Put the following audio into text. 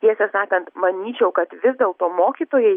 tiesą sakant manyčiau kad vis dėlto mokytojai